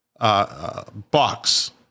box